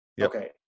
Okay